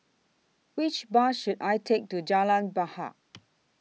Which Bus should I Take to Jalan Bahar